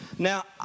Now